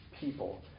people